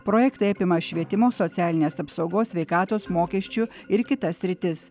projektai apima švietimo socialinės apsaugos sveikatos mokesčių ir kitas sritis